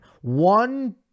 one